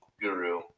guru